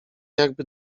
jakby